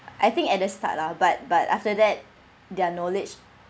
I think at the start lah but but after that their knowledge